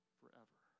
forever